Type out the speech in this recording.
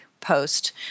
post